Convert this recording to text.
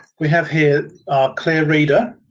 we have here our clearreader.